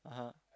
(uh huh)